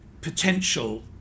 potential